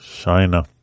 China